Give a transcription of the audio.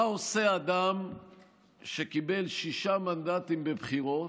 מה עושה אדם שקיבל שישה מנדטים בבחירות,